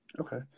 Okay